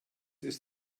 ist